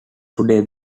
today